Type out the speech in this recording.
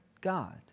God